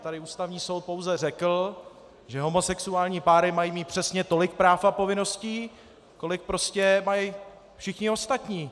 Tady Ústavní soud pouze řekl, že homosexuální páry mají mít přesně tolik práv a povinností, kolik mají všichni ostatní.